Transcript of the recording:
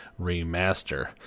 Remaster